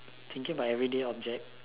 thinking about everyday object